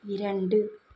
இரண்டு